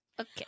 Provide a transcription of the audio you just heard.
Okay